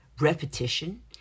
repetition